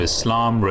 Islam